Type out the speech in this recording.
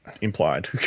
implied